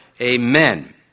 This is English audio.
Amen